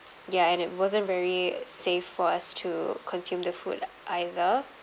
ya and it wasn't very safe for us to consume the food either